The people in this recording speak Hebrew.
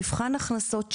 מבחן ההכנסות שלו,